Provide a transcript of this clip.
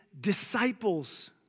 disciples